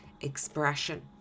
Expression